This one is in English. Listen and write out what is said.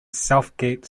southgate